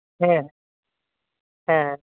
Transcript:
ᱦᱮᱸ ᱦᱮᱸ